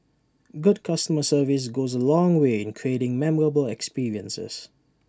good customer service goes A long way in creating memorable experiences